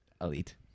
Elite